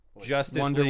Justice